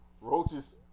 Roaches